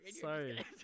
Sorry